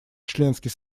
членский